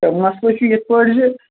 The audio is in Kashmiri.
مسلہٕ چُھ یتھ پٲٹھۍ زٕ